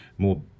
more